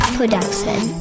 Production